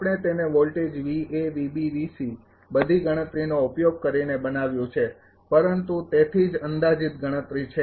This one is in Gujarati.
આપણે તેને વોલ્ટેજ બધી ગણતરીનો ઉપયોગ કરીને બનાવ્યું છે પરંતુ તેથી જ અંદાજિત ગણતરી છે